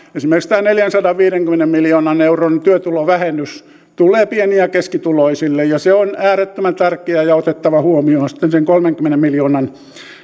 esimerkiksi tämä neljänsadanviidenkymmenen miljoonan euron työtulovähennys tulee pieni ja keskituloisille se on äärettömän tärkeä ja otettava huomioon sitten sen kolmenkymmenen miljoonan